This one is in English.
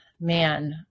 man